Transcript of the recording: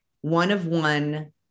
one-of-one